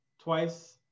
twice